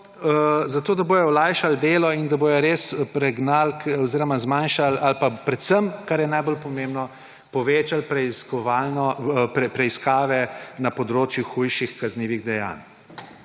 razlogom, da bodo olajšali delo in da bodo res zmanjšali ali pa predvsem, kar je najbolj pomembno, povečali preiskave na področju hujših kaznivih dejanj.